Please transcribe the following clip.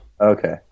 Okay